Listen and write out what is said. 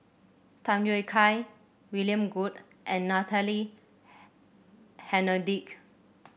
Tham Yui Kai William Goode and Natalie Hennedige